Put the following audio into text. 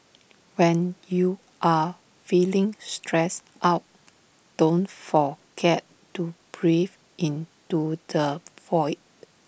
when you are feeling stressed out don't forget to breathe into the void